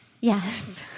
Yes